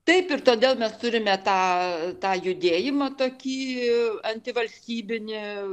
taip ir todėl mes turime tą tą judėjimą tokį antivalstybinį